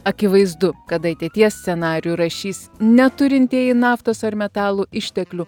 akivaizdu kad ateities scenarijų rašys ne turintieji naftos ar metalų išteklių